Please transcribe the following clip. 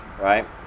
right